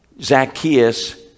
Zacchaeus